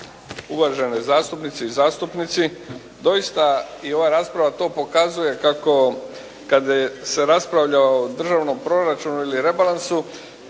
uvažene zastupnice i zastupnici. Doista i ova rasprava to pokazuje kako kad se raspravlja o državnom proračunu ili rebalansu